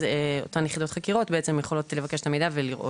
אותן יחידת חקירות יכולות לבקש את המידע ולראות.